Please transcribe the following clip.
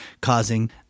causing